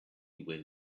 when